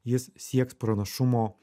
jis sieks pranašumo